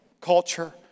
culture